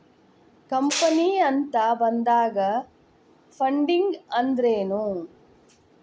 Company ಅಂತ ಬಂದಾಗ funding ಅಂದ್ರೆನು?